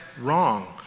wrong